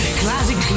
classic